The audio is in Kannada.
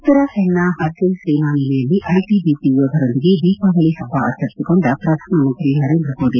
ಉತ್ತರಾಖಂಡ್ನ ಪರ್ಸಿಲ್ ಸೇನಾ ನೆಲೆಯಲ್ಲಿ ಐಟಿಬಿಪಿ ಯೋಧರೊಂದಿಗೆ ದೀಪಾವಳಿ ಪಬ್ಪ ಆಚರಿಸಿಕೊಂಡ ಪ್ರಧಾನಮಂತ್ರಿ ನರೇಂದ್ರ ಮೋದಿ